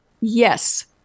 Yes